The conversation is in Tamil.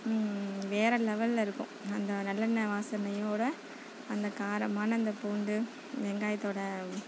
வேறே லெவலில் இருக்கும் அந்த நல்லெண்ணெய் வாசனையோடய அந்த காரமான அந்த பூண்டு வெங்காயத்தோடய